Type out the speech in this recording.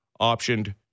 optioned